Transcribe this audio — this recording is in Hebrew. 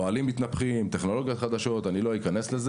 אוהלים מתנפחים, טכנולוגיות חדשות וכולי.